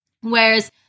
whereas